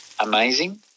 Amazing